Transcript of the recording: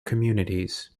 communities